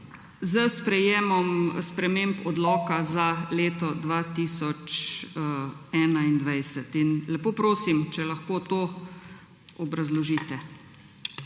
sprememb odloka za leto 2021? Lepo prosim, če lahko to obrazložite.